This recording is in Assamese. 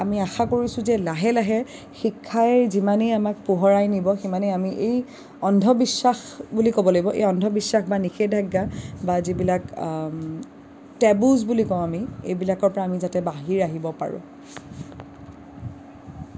আমি আশা কৰিছোঁ যে লাহে লাহে শিক্ষাই আমাক যিমানেই পোহৰাই নিব আমি সিমানেই আমি এই অন্ধবিশ্বাস বুলি ক'ব লাগিব এই অন্ধবিশ্বাস বা নিষেধাজ্ঞা বা যিবিলাক টেবুজ বুলি কওঁ আমি এইবিলাকৰ পৰা আমি যাতে বাহিৰ আহিব পাৰোঁ